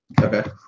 Okay